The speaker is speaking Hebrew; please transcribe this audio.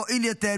מועיל יותר,